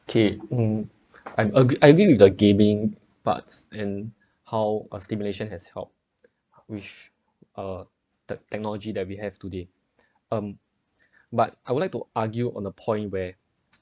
K mm I'm ag~ I agree with the gaming parts and how are stimulation has helped which uh tech~ technology that we have today um but I would like to argue on the point where